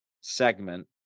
segment